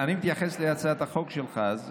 אני מתייחס להצעת החוק שלך, אז